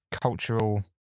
cultural